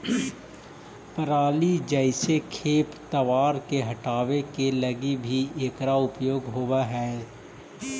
पराली जईसे खेप तवार के हटावे के लगी भी इकरा उपयोग होवऽ हई